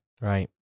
Right